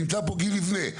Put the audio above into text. נמצא פה גיל ליבנה,